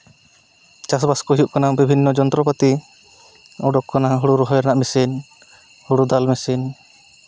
ᱪᱟᱥᱼᱵᱟᱥ ᱠᱚ ᱦᱩᱭᱩᱜ ᱠᱟᱱᱟ ᱵᱤᱵᱷᱤᱱᱱᱚ ᱡᱚᱱᱛᱨᱚᱯᱟᱛᱤ ᱩᱰᱩᱠ ᱠᱟᱱᱟ ᱦᱳᱲᱳ ᱨᱚᱦᱚᱭ ᱨᱮᱭᱟᱜ ᱢᱮᱥᱤᱱ ᱦᱳᱲᱳ ᱫᱟᱞ ᱢᱮᱥᱤᱱ